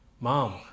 Mom